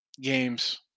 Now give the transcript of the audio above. games